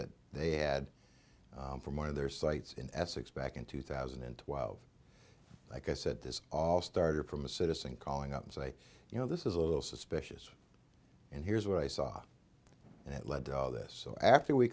that they had from one of their sites in essex back in two thousand and twelve like i said this all started from a citizen calling up and say you know this is a little suspicious and here's what i saw and it led to all this after we